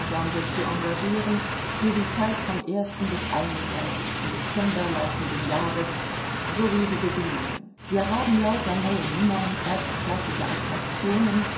zu engagieren für die zeit vom bis dezember laufenden jahres sowie die bedingungen wir haben lauter neue nummern erstklassige attraktionen